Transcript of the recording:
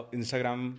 Instagram